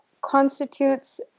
constitutes